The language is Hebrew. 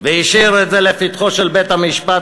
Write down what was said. והשאיר את זה לפתחו של בית-המשפט.